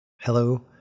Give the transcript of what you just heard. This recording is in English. hello